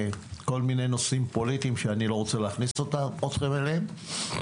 כל מיני נושאים פוליטיים שאני לא רוצה להכניס אתכם אליהם.